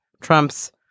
Trump's